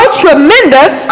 tremendous